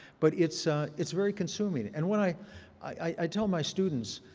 but it's ah it's very consuming. and when i i tell my students,